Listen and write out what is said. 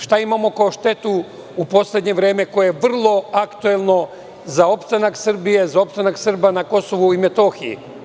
Šta imamo kao štetu u poslednje vreme koje je vrlo aktuelno za opstanak Srbije, za opstanak Srba na Kosovu i Metohiju?